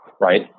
right